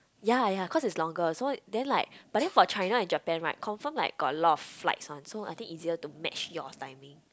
ya ya cause is longer so then like but then for China and Japan right confirm like got a lot of flights one so I think easier to match your timing